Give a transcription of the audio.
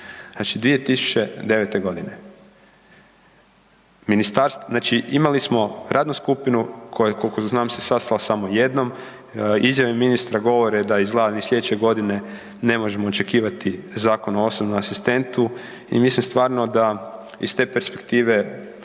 Znači 2009. godine znači imali smo radnu skupinu koja je koliko znam sastala se samo jednom, izjave ministra govore da izgleda ni sljedeće godine ne možemo očekivati Zakon o osobnom asistentu i mislim stvarno da iz te perspektive